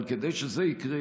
אבל כדי שזה יקרה,